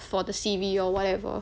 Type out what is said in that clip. for the C_V or whatever